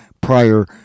prior